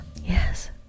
Yes